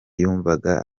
yumvaga